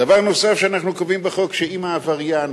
דבר נוסף שאנחנו קובעים בחוק הוא, שאם העבריין